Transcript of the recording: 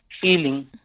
feeling